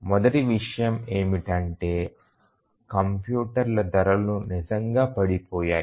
మొదటి విషయం ఏమిటంటే కంప్యూటర్ల ధరలు నిజంగా పడిపోయాయి